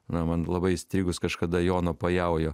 na man labai įstrigus kažkada jono pajaujo